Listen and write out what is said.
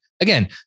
again